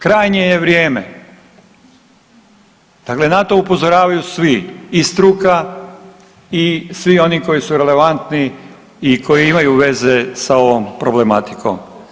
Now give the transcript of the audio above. Krajnje je vrijeme dakle na to upozoravaju svi i struka i svi oni koji su relevantni i koji imaju veze sa ovom problematikom.